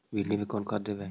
भिंडी में कोन खाद देबै?